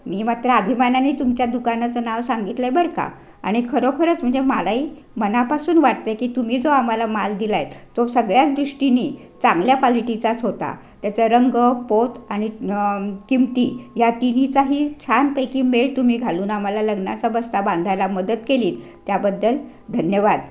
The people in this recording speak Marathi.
मी मात्र अभिमानाने तुमच्या दुकानाचं नाव सांगितलं आहे बरं का आणि खरोखरच म्हणजे मला ही मनापासून वाटते की तुम्ही जो आम्हाला माल दिला आहेत तो सगळ्याच दृष्टीने चांगल्या क्वालिटीचाच होता त्याचं रंग पोत आणि किमती या तिन्हीचाही छानपैकी मेळ तुम्ही घालून आम्हाला लग्नाचा बस्ता बांधायला मदत केली त्याबद्दल धन्यवाद